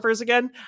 again